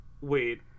Wait